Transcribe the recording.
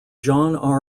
john